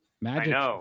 Magic